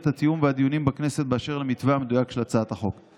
התיאום והדיונים בכנסת באשר למתווה המדויק של הצעת החוק.